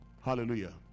Hallelujah